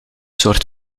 zorgt